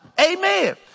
Amen